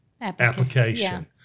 application